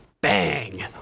bang